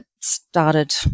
started